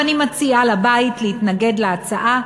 אני מציעה לבית להתנגד להצעה,